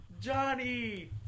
Johnny